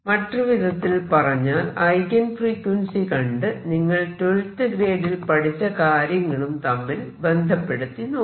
മറ്റൊരു വിധത്തിൽ പറഞ്ഞാൽ ഐഗൻ ഫ്രീക്വൻസി കണ്ട് നിങ്ങൾ 12th ഗ്രേഡിൽ പഠിച്ച കാര്യങ്ങളും തമ്മിൽ ബന്ധപ്പെടുത്തി നോക്കൂ